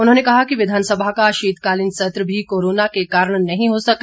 उन्होंने कहा कि विधानसभा का शीतकालीन सत्र भी कोरोना के कारण नहीं हो सका